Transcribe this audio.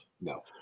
No